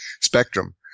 spectrum